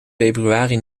februari